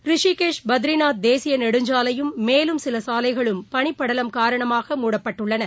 ரிஷிகேஷ் பத்ரிநாத் தேசியநெடுஞ்சாலையும் மேலும் சிலசாலைகளும் பனிப்படலம் காரணமாக முடப்பட்டுள்ளன